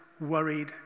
worried